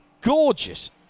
gorgeous